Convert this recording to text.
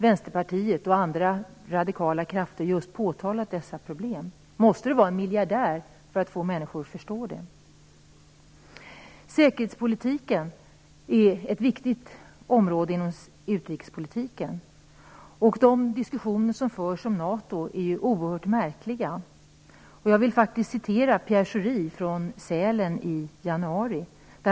Vänsterpartiet och andra radikala krafter har ju påtalat just dessa problem. Måste det vara en miljardär för att få människor att förstå detta? Säkerhetspolitiken är ett viktigt område inom utrikespolitiken. De diskussioner som förs om NATO är oerhört märkliga. Jag vill återge vad Pierre Schori sade i Sälen i januari.